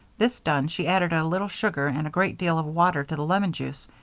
this done, she added a little sugar and a great deal of water to the lemon juice,